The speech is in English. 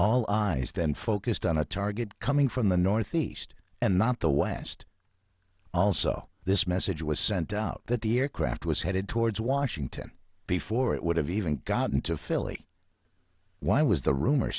then focused on a target coming from the northeast and not the west also this message was sent out that the aircraft was headed towards washington before it would have even gotten to philly why was the rumor